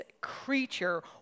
creature